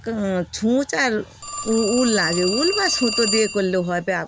সূচ আর উল লাগে উ উল বা সুতো দিয়ে করলেও হয় প